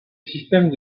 systèmes